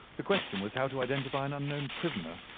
the question was how to identify an unknown prisoner.